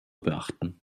beachten